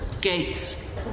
Gates